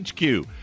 HQ